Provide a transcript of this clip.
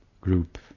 group